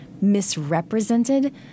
misrepresented